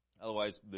Otherwise